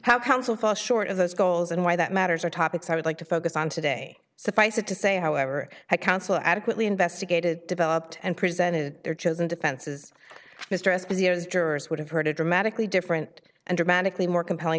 how counsel fall short of those goals and why that matters or topics i would like to focus on today suffice it to say however that counsel adequately investigated developed and presented their chosen defenses mr esposito jurors would have heard a dramatically different and dramatically more compelling